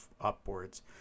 upwards